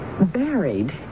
buried